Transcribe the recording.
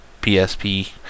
PSP